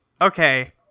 okay